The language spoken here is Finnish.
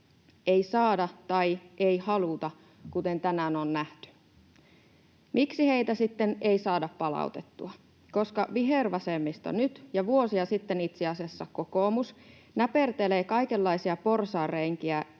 ei saada tai ei haluta, kuten tänään on nähty. Miksi heitä sitten ei saada palautettua? Koska vihervasemmisto nyt, ja vuosia sitten itse asiassa kokoomus, näpertelee kaikenlaisia porsaanreikiä